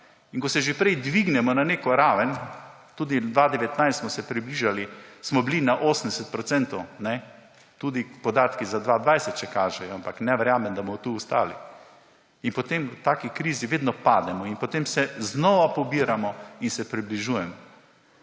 In ko se že dvignemo na neko raven, tudi leta 2019 smo se približali, smo bili na 80 %, tudi podatki za 2020 še kažejo, ampak ne verjamem, da bomo tu ostali. Potem v taki krizi vedno pademo in potem se znova pobiramo in se približujemo.